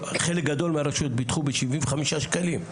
חלק גדול מהרשויות ביטחו בשבעים וחמישה שקלים.